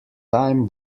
time